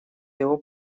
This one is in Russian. его